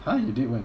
!huh! you did when